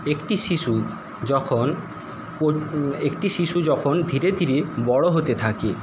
একটি শিশু যখন একটি শিশু যখন ধীরে ধীরে বড় হতে থাকে